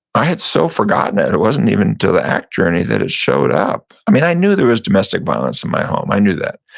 i had so forgotten it. it wasn't even until the act journey that it showed up. i mean i knew there was domestic violence in my home i knew that,